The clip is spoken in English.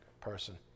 person